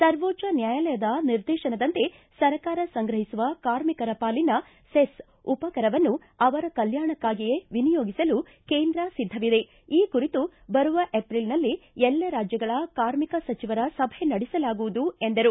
ಸರ್ವೋಚ್ದ ನ್ಯಾಯಾಲಯದ ನಿರ್ದೇಶನದಂತೆ ಸರ್ಕಾರ ಸಂಗ್ರಹಿಸುವ ಕಾರ್ಮಿಕರ ಪಾಲಿನ ಸೆಸ್ ಉಪಕರವನ್ನು ಅವರ ಕಲ್ಟಾಣಕ್ಷಾಗಿಯೇ ವಿನಿಯೋಗಿಸಲು ಕೇಂದ್ರ ಸಿದ್ದವಿದೆ ಈ ಕುರಿತು ಬರುವ ಏಪ್ರಿಲ್ನಲ್ಲಿ ಎಲ್ಲಾ ರಾಜ್ಜಗಳ ಕಾರ್ಮಿಕ ಸಚಿವರ ಸಭೆ ನಡೆಸಲಾಗುವುದು ಎಂದರು